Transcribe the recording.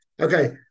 Okay